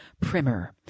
primer